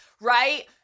right